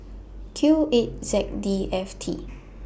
Q eight Z D F T